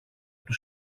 του